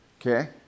Okay